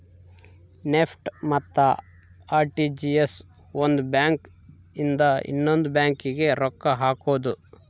NEFT ಮತ್ತ RTGS ಒಂದ್ bank ಇಂದ ಇನ್ನೊಂದು ಬ್ಯಾಂಕ್ ಗೆ ರೊಕ್ಕ ಹಕೋದು